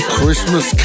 Christmas